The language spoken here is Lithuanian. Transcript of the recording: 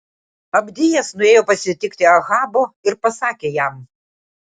abdijas nuėjo pasitikti ahabo ir pasakė jam